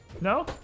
No